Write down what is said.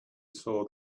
saw